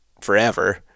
forever